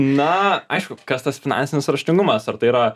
na aišku kas tas finansinis raštingumas ar tai yra